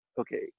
okay